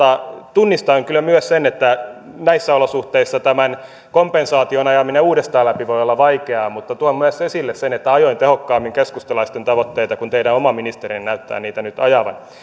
tunnistan kyllä myös sen että näissä olosuhteissa tämän kompensaation ajaminen läpi uudestaan voi olla vaikeaa mutta tuon myös esille sen että ajoin tehokkaammin keskustalaisten tavoitteita kuin teidän oma ministerinne näyttää niitä nyt ajavan